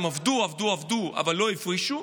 הם עבדו עבדו עבדו אבל לא הפרישו,